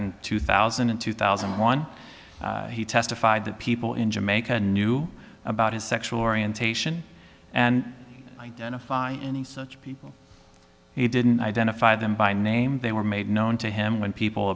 in two thousand and two thousand and one he testified that people in jamaica knew about his sexual orientation and identify any such people he didn't identify them by name they were made known to him when people